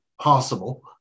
possible